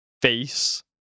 face